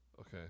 Okay